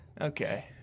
Okay